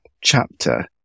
chapter